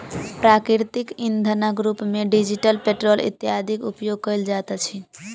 प्राकृतिक इंधनक रूप मे डीजल, पेट्रोल इत्यादिक उपयोग कयल जाइत अछि